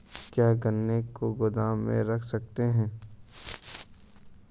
क्या गन्ने को गोदाम में रख सकते हैं?